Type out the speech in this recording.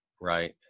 right